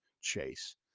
chase